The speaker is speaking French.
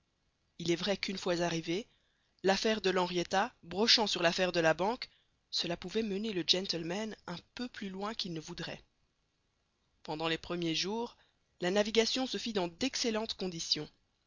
il est vrai qu'une fois arrivé l'affaire de l'henrietta brochant sur l'affaire de la banque cela pouvait mener le gentleman un peu plus loin qu'il ne voudrait pendant les premiers jours la navigation se fit dans d'excellentes conditions